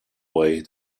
way